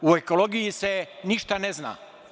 U ekologiji se ništa ne zna.